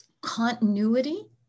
continuity